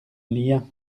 lien